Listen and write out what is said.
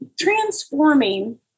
transforming